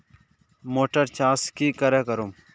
Motor चास की करे करूम?